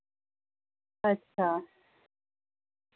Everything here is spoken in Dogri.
अच्छा